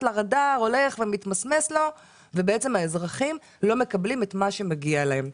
לרדאר הולך ומתמסמס לו ובעצם האזרחים לא מקבלים את מה שמגיע להם.